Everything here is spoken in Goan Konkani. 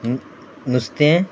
नुस्तें